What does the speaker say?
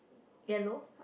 yellow